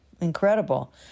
Incredible